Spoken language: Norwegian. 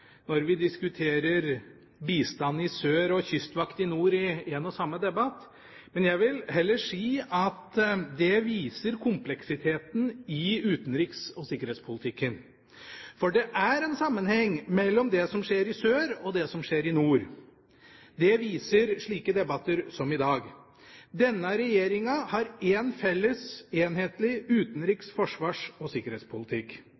når vi diskuterer bistand i sør og kystvakt i nord i én og samme debatt. Men jeg vil heller si at det viser kompleksiteten i utenriks- og sikkerhetspolitikken, for det er en sammenheng mellom det som skjer i sør, og det som skjer i nord. Det viser slike debatter som den vi har i dag. Denne regjeringa har én felles enhetlig